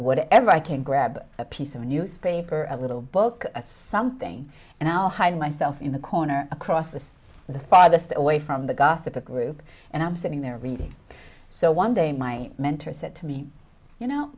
whatever i can grab a piece of newspaper or a little book something and i'll hide myself in the corner across the the farthest away from the gossip a group and i'm sitting there reading so one day my mentor said to me you know